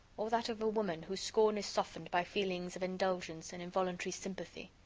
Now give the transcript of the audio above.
or that of a woman whose scorn is softened by feelings of indulgence and involuntary sympathy?